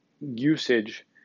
usage